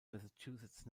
massachusetts